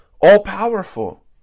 all-powerful